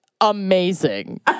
amazing